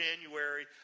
January